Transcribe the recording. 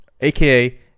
AKA